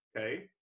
okay